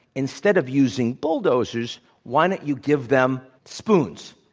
instead of using bulldozers why don't you give them spoons?